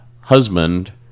husband